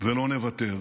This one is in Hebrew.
ולא נוותר,